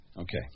Okay